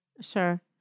sure